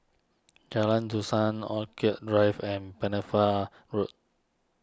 Jalan Dusan Orchid Drive and Pennefather Road